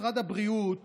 משרד הבריאות